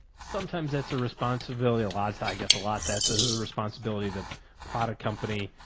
sometimes that's a responsibility a lot of time, i guess, a lot that says there's a responsibility, that product company,